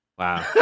Wow